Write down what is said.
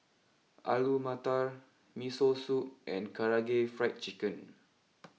Alu Matar Miso Soup and Karaage Fried Chicken